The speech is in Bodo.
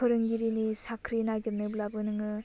फोरोंगिरिनि साख्रि नागिरनोब्लाबो नोङो